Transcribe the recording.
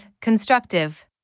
Constructive